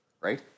Right